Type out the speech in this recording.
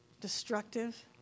destructive